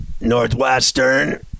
Northwestern